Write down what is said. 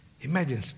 Imagine